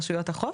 רשויות החוף,